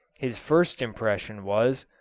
his first impression was,